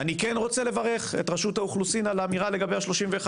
אני רוצה שייצא עוד אחד.